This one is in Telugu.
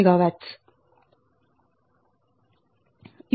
77 MW